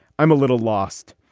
i'm a little lost.